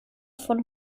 von